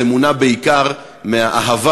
זה מונע בעיקר מהאהבה